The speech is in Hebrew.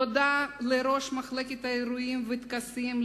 תודה לראש מחלקת האירועים והטקסים,